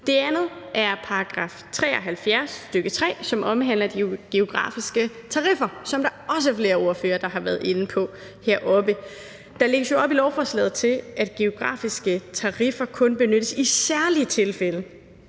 Det andet er § 73, stk. 3, som omhandler de geografiske tariffer, som der også er flere ordførere der har været inde på heroppe. Der lægges jo i lovforslaget op til, at geografiske tariffer kun benyttes i særlige tilfælde,